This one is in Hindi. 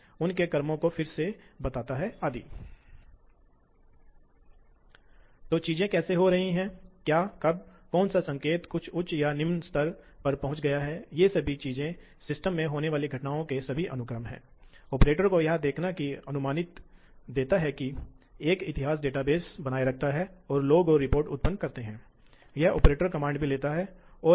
लेकिन इसके लिए टूल को कुछ ऑफसेट के साथ एक निश्चित में ले जाना पड़ता है इसलिए इन ऑफसेट को हमेशा होना चाहिए क्योंकि टूल खराब हो जाएगा इसलिए इसलिए इन दोनों ऑफसेट को नियमित रूप से मापा जाना चाहिए और फिर उचित मुआवजा दिया जाना चाहिए दिया हुआ